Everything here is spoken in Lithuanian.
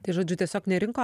tai žodžiu tiesiog nerinko